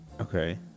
Okay